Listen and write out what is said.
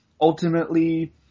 Ultimately